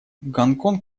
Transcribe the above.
гонконг